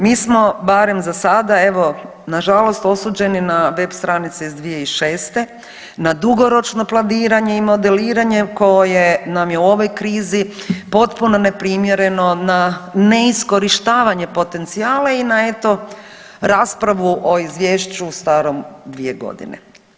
Mi smo barem za sada evo na žalost osuđeni na web stranice iz 2006. na dugoročno planiranje i modeliranje koje nam je u ovoj krizi potpuno neprimjereno na neiskorištavanje potencijala i na eto raspravu o izvješću starom dvije godine.